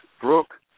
Brooke